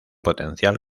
potencial